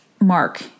mark